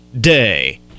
Day